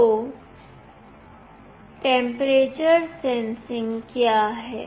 तो temperature sensing क्या है